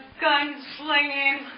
gun-slinging